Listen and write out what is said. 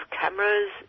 cameras